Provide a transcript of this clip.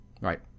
Right